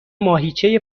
ماهیچه